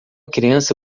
criança